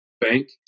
bank